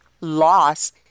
loss